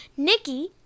Nikki